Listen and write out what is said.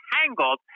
Tangled